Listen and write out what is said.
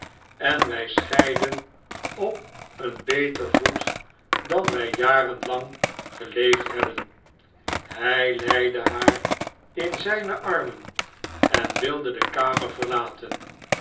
en wij scheiden op een beter voev dan wij jaren lang geleefd hebben hij leide haar in zijne armen en wilde de kamer verlaten